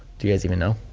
do you guys even know